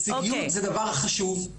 הישגיות זה דבר חשוב.